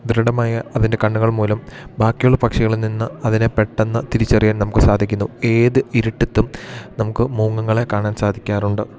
ദൃഢമായ അതിൻ്റെ കണ്ണുകൾ മൂലം ബാക്കിയുള്ള പക്ഷികളിൽ നിന്ന് അതിനെ പെട്ടന്ന് തിരിച്ചറിയാൻ നമുക്ക് സാധിക്കുന്നു ഏത് ഇരുട്ടത്തും നമുക്ക് മൂങ്ങകളെ കാണാൻ സാധിക്കാറുണ്ട്